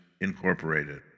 Incorporated